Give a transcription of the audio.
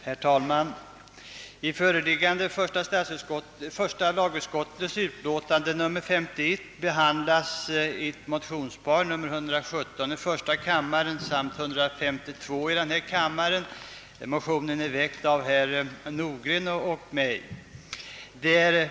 Herr talman! I föreliggande första lagutskottets utlåtande nr 51 behandlas motionsparet I: 117 och II: 152. Motionen i denna kammare är väckt av herr Nordgren och mig själv.